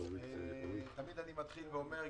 תמיד אני מתחיל ואומר,